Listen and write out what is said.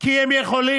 כי הם יכולים.